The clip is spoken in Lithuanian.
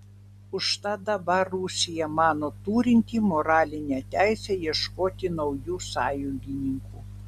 užtat dabar rusija mano turinti moralinę teisę ieškoti naujų sąjungininkų